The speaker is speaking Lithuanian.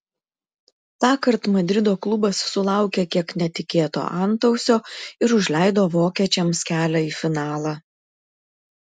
tąkart madrido klubas sulaukė kiek netikėto antausio ir užleido vokiečiams kelią į finalą